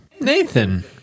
Nathan